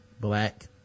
black